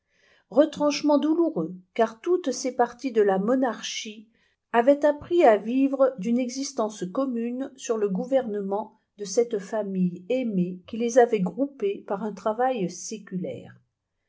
retranchements douloureux car toutes ces parties de la monarchie avaient appris à vivre d'une existence commune sous le gouvernement de cette famille aimée qui les avait groupées par un travail séculaire